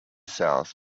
south